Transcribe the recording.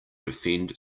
defend